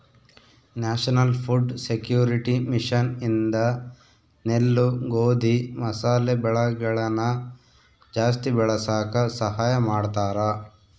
national food security mission ಇಂದ ನೆಲ್ಲು ಗೋಧಿ ಮಸಾಲೆ ಬೆಳೆಗಳನ ಜಾಸ್ತಿ ಬೆಳಸಾಕ ಸಹಾಯ ಮಾಡ್ತಾರ